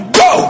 go